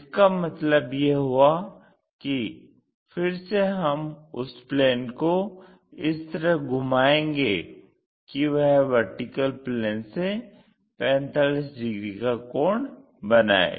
इसका मतलब यह हुआ कि फिर से हम उस प्लेन को इस तरह घुमाएंगे कि वह VP से 45 डिग्री का कोण बनाये